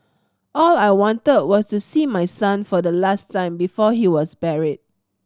all I wanted was to see my son for the last time before he was buried